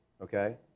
okay